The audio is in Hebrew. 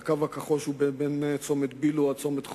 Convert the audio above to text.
"הקו הכחול" שהוא בין צומת ביל"ו עד צומת חולון,